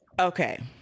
Okay